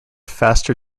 faster